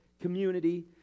community